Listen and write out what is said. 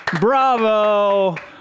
Bravo